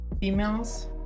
females